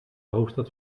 hoofdstad